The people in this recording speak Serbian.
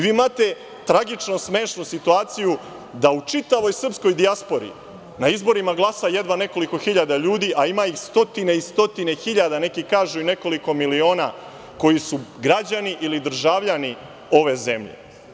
Vi imate tragično smešnu situaciju da u čitavoj srpskoj dijaspori na izborima glasa jedva nekoliko hiljada ljudi, a ima ih stotine i stotine hiljada, neki kažu i nekoliko miliona, koji su građani ili državljani ove zemlje.